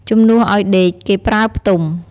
ជំនួសឲ្យ ដេក គេប្រើ ផ្ទំ។